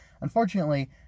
Unfortunately